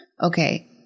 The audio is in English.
okay